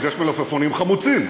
אז יש מלפפונים חמוצים.